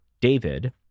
David